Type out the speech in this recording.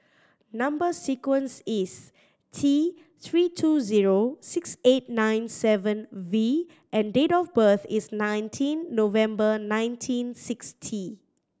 number sequence is T Three two zero six eight nine seven V and date of birth is nineteen November nineteen sixty